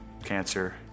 Cancer